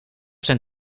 zijn